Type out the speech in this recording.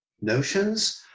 notions